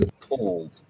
pulled